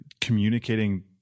communicating